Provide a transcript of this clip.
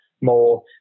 more